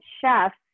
chefs